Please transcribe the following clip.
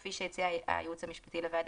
כפי שהציע הייעוץ המשפטי לוועדה,